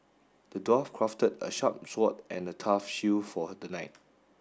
the dwarf crafted a sharp sword and a tough shield for the knight